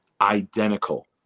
identical